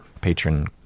patron